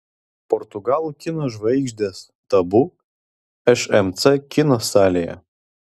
portugalų kino žvaigždės tabu šmc kino salėje